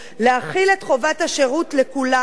להחיל את חובת השירות על כולם,